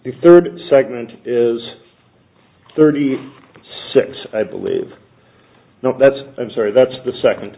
the third segment is thirty six i believe not that's i'm sorry that's the second